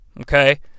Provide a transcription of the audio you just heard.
Okay